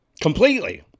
completely